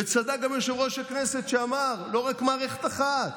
וצדק גם יושב-ראש הכנסת שאמר: לא רק מערכת אחת,